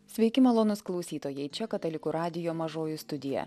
sveiki malonūs klausytojai čia katalikų radijo mažoji studija